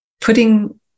putting